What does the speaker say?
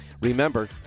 Remember